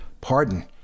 pardon